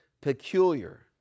peculiar